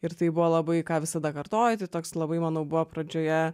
ir tai buvo labai ką visada kartoju tai toks labai manau buvo pradžioje